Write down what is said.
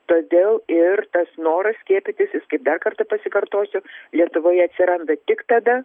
todėl ir tas noras skiepytis jis kaip dar kartą pasikartosiu lietuvoje atsiranda tik tada